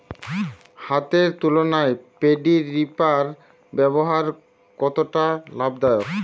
হাতের তুলনায় paddy reaper ব্যবহার কতটা লাভদায়ক?